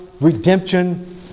redemption